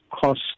cost